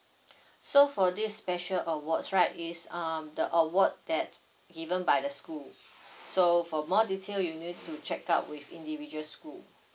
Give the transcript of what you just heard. so for this special awards right is um the award that given by the school so for more detail you need to check out with individual school